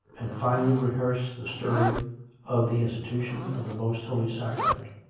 and finally rehearsed the story of the institution of the most holy sacrament,